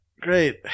Great